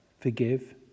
forgive